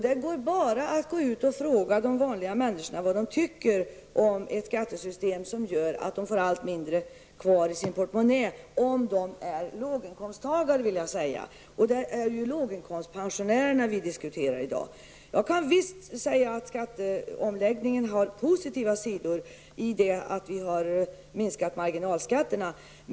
Det är bara att fråga människor vad de tycker om ett skattesystem som gör att de får allt mindre kvar i sin portmonnä, om de är låginkomsttagare. Det är ju låginkomstpensionärerna vi diskuterar i dag. Jag kan visst se att skatteomläggningen har positiva sidor i det att vi har minskat marginalskatterna.